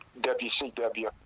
WCW